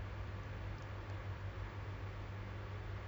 like I feel like it's quite crowded lah